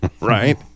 right